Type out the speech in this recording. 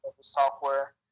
software